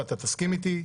ואתה תסכים איתי,